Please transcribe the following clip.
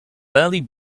barely